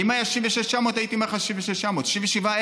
כי אם היה 66,900 הייתי אומר לך 66,900. 67,000,